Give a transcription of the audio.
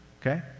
okay